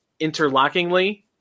interlockingly